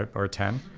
ah or a ten.